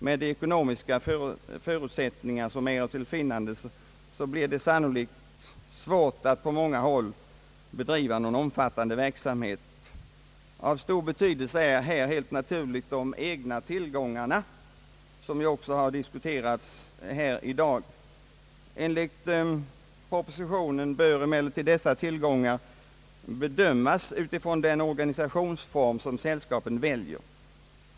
Med de ekonomiska förutsättningar som är till finnandes blir det sannolikt svå righeter på många håll att bedriva någon omfattande verksamhet. Av stor betydelse är helt naturligt de egna tillgångar varöver sällskapen förfogar och som har diskuterats här i dag. Enligt propositionen bör dessa tillgångar bedömas utifrån den organisationsform som sällskapen väljer.